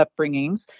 upbringings